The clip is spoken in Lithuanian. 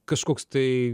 kažkoks tai